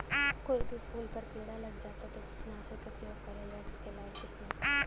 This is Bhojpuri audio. कोई भी फूल पर कीड़ा लग जाला त कवन कीटनाशक क प्रयोग करल जा सकेला और कितना?